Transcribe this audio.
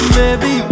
baby